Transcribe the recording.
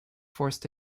forced